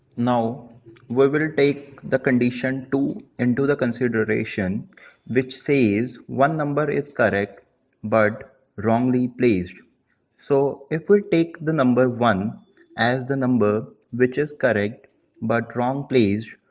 now we will take the condition two into the consideration which says one number is correct but wrongly placed so if we take the number one as the number which is correct but wrong place.